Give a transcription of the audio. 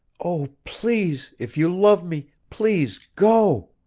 oh, please, if you love me, please, go